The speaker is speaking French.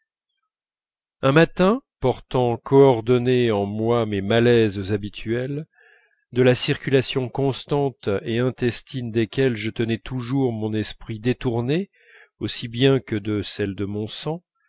un matin portant coordonnés en moi mes malaises habituels de la circulation constante et intestine desquels je tenais toujours mon esprit détourné aussi bien que de celle de mon sang